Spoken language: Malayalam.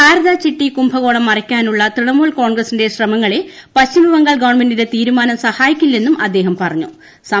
ശാരദാ ചിട്ടി കുംഭകോണം മറയ്ക്കാനുള്ള തൃണമൂൽ കോൺഗ്രസിന്റെ ശ്രമങ്ങളെ പശ്ചിമബംഗാൾ ഗവൺമെന്റിന്റെ തീരുമാനം സഹായിക്കില്ലെന്നും അദ്ദേഹം പാട്ട്ട്ടു്